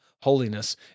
holiness